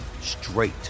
straight